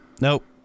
Nope